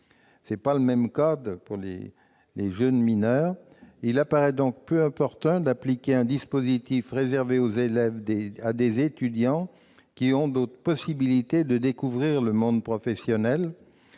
choses sont différentes pour les mineurs. Il apparaît donc peu opportun d'appliquer un dispositif réservé aux élèves à des étudiants, qui ont d'autres possibilités de découvrir le monde professionnel.